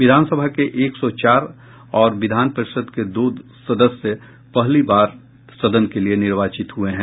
विधानसभा के एक सौ चार और विधान परिषद के दो सदस्य पहली बार सदन के लिए निर्वाचित हुये हैं